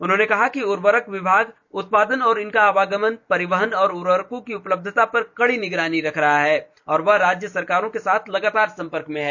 उन्होंने कहा कि उर्वरक विभाग उत्पादन और इनका आवागमन परिवहन तथा उर्वरकों की उपलब्धता पर कड़ी निगरानी कर रहा है और वह राज्य सरकारों के साथ लगातार संपर्क में है